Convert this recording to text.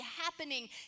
happening